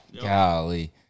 Golly